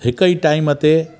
हिकु ई टाइम ते